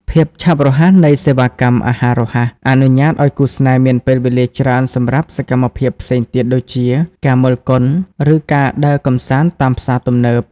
ភាពឆាប់រហ័សនៃសេវាកម្មអាហាររហ័ស អនុញ្ញាតឱ្យគូស្នេហ៍មានពេលវេលាច្រើនសម្រាប់សកម្មភាពផ្សេងទៀតដូចជា ការមើលកុន ឬការដើរកម្សាន្តតាមផ្សារទំនើប។